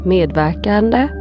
Medverkande